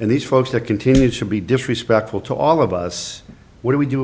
and these folks that continue to be disrespectful to all of us what do we do